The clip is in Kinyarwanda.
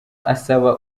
asaba